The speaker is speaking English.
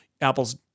Apple's